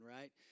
right